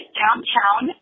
downtown